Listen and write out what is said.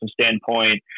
standpoint